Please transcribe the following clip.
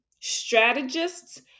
Strategists